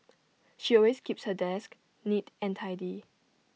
she always keeps her desk neat and tidy